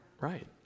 Right